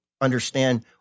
understand